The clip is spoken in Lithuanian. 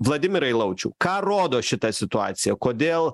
vladimirai laučiau ką rodo šita situacija kodėl